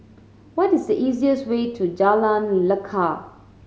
what is the easier's way to Jalan Lekar